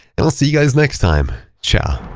i'll see you guys next time. ciao.